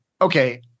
okay